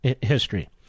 history